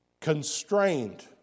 constrained